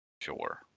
sure